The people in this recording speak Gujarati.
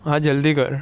હા જલ્દી કર